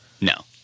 No